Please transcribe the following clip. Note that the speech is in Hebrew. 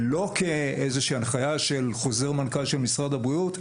ולא כאיזושהי הנחיה של חוזר מנכ"ל של משרד הבריאות,